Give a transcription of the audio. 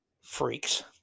Freaks